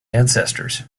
ancestors